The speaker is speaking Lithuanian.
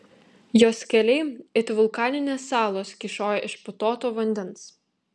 jos keliai it vulkaninės salos kyšojo iš putoto vandens